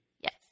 Yes